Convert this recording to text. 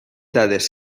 dades